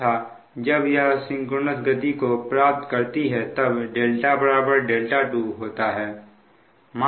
तथा जब यह सिंक्रोनस गति को प्राप्त करती है तब δ δ2 होता है